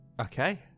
Okay